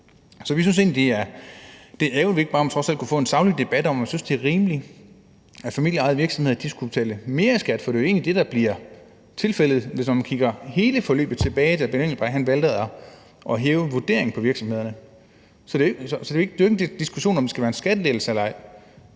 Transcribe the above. Så vi synes egentlig, det er ærgerligt, at vi ikke trods alt bare kunne få en saglig debat om, om man synes, det er rimeligt, at familieejede virksomheder skal betale mere i skat. For det er jo egentlig det, der bliver tilfældet, hvis man kigger hele forløbet tilbage, da Benny Engelbrecht valgte at hæve vurderingen på virksomhederne. Så det er jo ikke en diskussion om, hvorvidt det skal være skattelettelse eller ej.